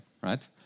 right